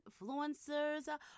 Influencers